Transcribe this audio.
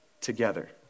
together